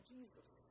Jesus